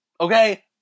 okay